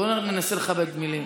בואו ננסה לכבד מילים.